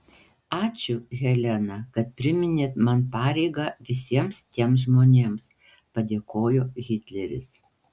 ačiū helena kad priminėt man pareigą visiems tiems žmonėms padėkojo hitleris